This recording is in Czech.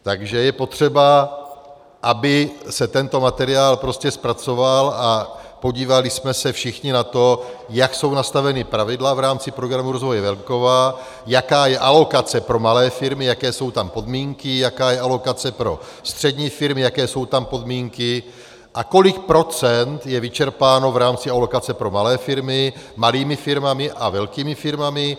Takže je potřeba, aby se tento materiál prostě zpracoval a podívali jsme se všichni na to, jak jsou nastavena pravidla v rámci Programu rozvoje venkova, jaká je alokace pro malé firmy, jaké jsou tam podmínky, jaká je alokace pro střední firmy, jaké jsou tam podmínky a kolik procent je vyčerpáno v rámci alokace pro malé firmy malými firmami a velkými firmami.